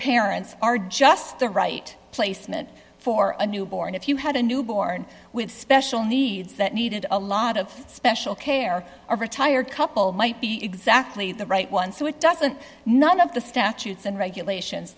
parents are just the right placement for a newborn if you had a newborn with special needs that needed a lot of special care or retired couple might be exactly the right one so it doesn't none of the statutes and regulations